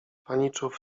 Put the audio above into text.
paniczów